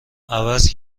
عوض